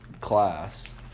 class